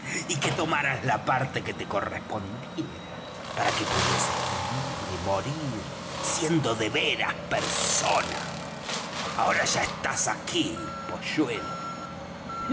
y que tomaras la parte que te correspondiera para que pudieses vivir y morir siendo de veras persona ahora ya estás aquí